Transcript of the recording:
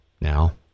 now